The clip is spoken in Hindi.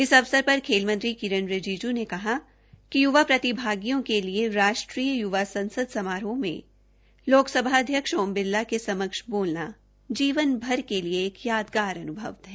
इस अवसर पर खेल मंत्री किरेन रिजिज् ने कहा कि युवा प्रातिभागियों के लिए राष्ट्रीय युवा संसद समारोह में लोकसभा अध्यक्ष ओम बिरला के समक्ष बोलना जीवनभर के लिए एक यादगार अनुभव है